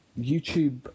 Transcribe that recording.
YouTube